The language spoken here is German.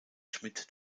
schmidt